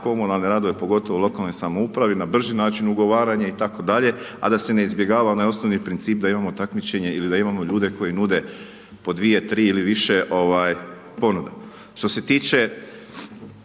komunalne radove, pogotovo u lokalnoj samoupravi, na brži način ugovaranje itd., a da se ne izbjegava onaj osnovni princip da imamo takmičenje ili da imamo ljude koji nude po dvije, tri ili više ponuda. Što se tiče